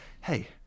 hey